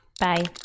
Bye